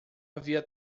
havia